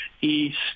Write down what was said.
east